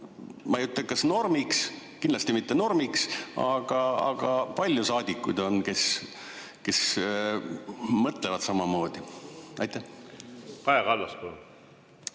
ma ei ütle, et normiks – kindlasti mitte normiks –, aga et palju saadikuid on, kes mõtlevad samamoodi? Kaja